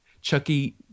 Chucky